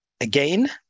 Again